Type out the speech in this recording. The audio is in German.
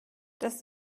das